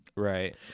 right